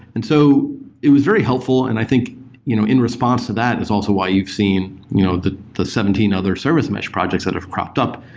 and so it was very helpful, and i think you know in response to that, it's also why you've seen you know the the seventeen other service mesh projects that have cropped up.